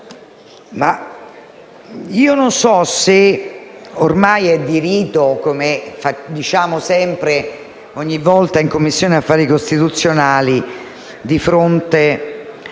io non so se ormai è di rito, come diciamo sempre ogni volta in Commissione affari costituzionali di fronte